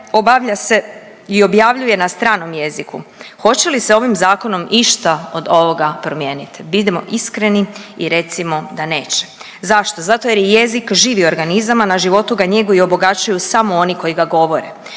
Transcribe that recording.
obavlja se i objavljuje na stranom jeziku. Hoće li se ovim zakonom išta od ovoga promijeniti. Budimo iskreni i recimo da neće. Zašto? Zato jer je jezik živi organizam, a na životu ga njeguju i obogaćuju samo oni koji ga govore,